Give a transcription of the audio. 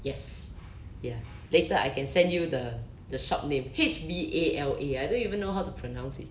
yes ya later I can send you the the shop name H_V_A_L_A I don't even know how to pronounce it